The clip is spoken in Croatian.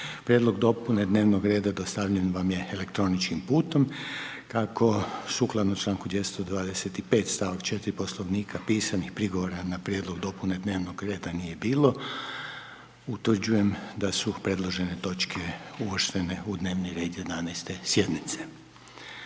Prijedlog dopune dnevnog reda dostavljen vam je elektroničkim putem. Kako sukladno čl. 225. st. 4 Poslovnika pisanih prigovora ne prijedlog dopune dnevnog reda nije bilo, utvrđujem da su predložene točke uvrštene u dnevni red 11. sjednice.